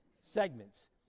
segments